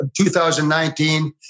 2019